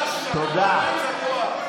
עצמך?